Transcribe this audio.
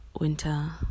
winter